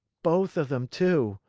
both of them, too.